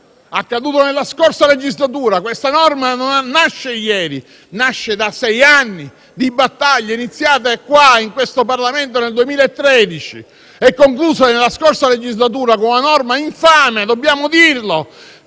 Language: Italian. accaduto nella scorsa legislatura: questa disciplina infatti non nasce ieri, ma da sei anni di battaglie iniziate qui, in questo Parlamento, nel 2013 e concluse nella scorsa legislatura con una norma infame - dobbiamo dirlo